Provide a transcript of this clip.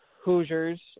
Hoosiers